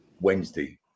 Wednesday